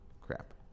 Crap